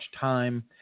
time